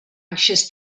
anxious